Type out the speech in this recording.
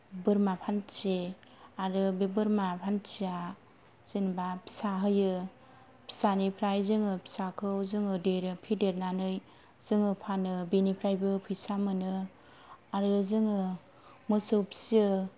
बोरमा फान्थि आरो बे बोरमा फान्थिया जेनेबा फिसा होयो फिसानिफ्राय जोङो फिसाखौ जोङो देरो फेदेरनानै जोङो फानो बिनिफ्रायबो फैसा मोनो आरो जोङो मोसौ फियो